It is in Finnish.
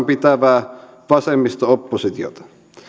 pitävää vasemmisto oppositiota